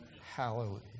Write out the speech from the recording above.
Hallelujah